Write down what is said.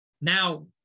now